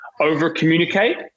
over-communicate